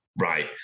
Right